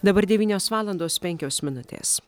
dabar devynios valandos penkios minutės